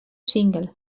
single